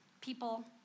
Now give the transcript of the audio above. people